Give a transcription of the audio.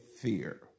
fear